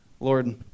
Lord